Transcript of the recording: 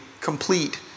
complete